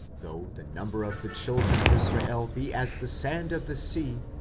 though the number of the children of israel be as the sand of the sea,